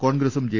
കോൺഗ്രസും ജെ